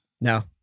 No